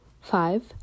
Five